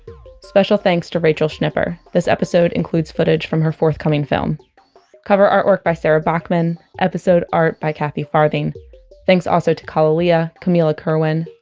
special thanks to rachel schnipper this episode includes footage from her forthcoming film cover artwork by sarah bachman. episode art by kathy farthing thanks also to kalalea, camila kerwin,